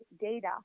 data